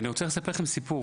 אני רוצה לספר לכם סיפור.